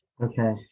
Okay